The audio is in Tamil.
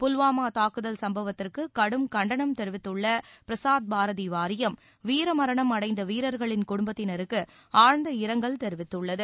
புல்வாமா தாக்குதல் சம்பவத்திற்கு கடும் கண்டனம் தெரிவித்துள்ள பிரஸார் பாரதி வாரியம் வீரமரணம் அடைந்த வீரர்களின் குடும்பத்தினருக்கு ஆழ்ந்த இரங்கல் தெரிவித்துள்ளது